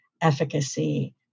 efficacy